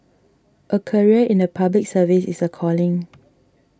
a career in the Public Service is a calling